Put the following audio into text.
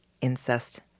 Incest